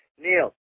Neil